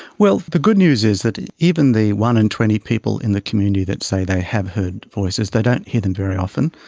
well, the good news is that even the one in twenty people in the community that say they have heard voices, they don't hear them very often,